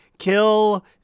Kill